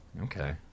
Okay